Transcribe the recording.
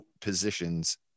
positions